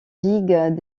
ligue